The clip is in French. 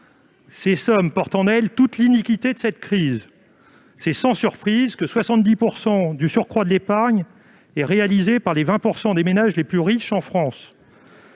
Ces sommes portent en elles toute l'iniquité de cette crise : sans surprise, 70 % du surcroît de l'épargne est le fait des 20 % des ménages les plus riches en France.